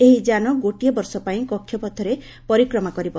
ଏହି ଯାନ ଗୋଟିଏ ବର୍ଷ ପାଇଁ କକ୍ଷପଥରେ ପରିକ୍ରମା କରିବ